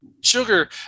Sugar